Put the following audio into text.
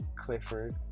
Clifford